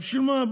בשביל מה?